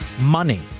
money